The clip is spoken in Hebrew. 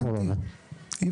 אני